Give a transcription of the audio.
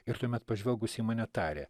ir tuomet pažvelgusi į mane tarė